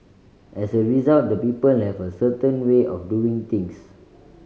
as a result the people have a certain way of doing things